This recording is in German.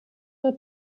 nur